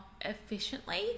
efficiently